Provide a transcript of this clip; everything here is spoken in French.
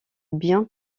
bien